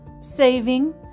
saving